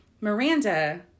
Miranda